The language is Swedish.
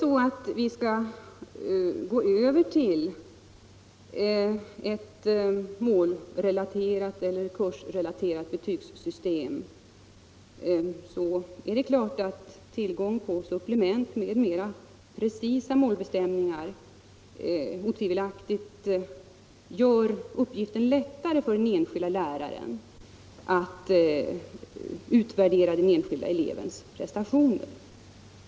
Om vi skall gå över till ett målrelaterat eller kursrelaterat betygssystem, gör tillgång till supplement med mera precisa målbestämningar otvivelaktigt uppgiften lättare för den enskilda läraren att utvärdera den enskilda elevens prestationer.